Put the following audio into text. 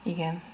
Igen